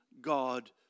God